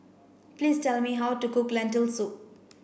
please tell me how to cook Lentil soup